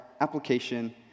application